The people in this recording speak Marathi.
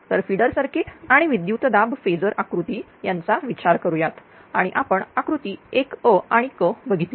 तर फिडर सर्किट आणि विद्युतदाब फेजर आकृती यांचा विचार करूयात आणि आपण आकृती 1a आणि c बघितल्या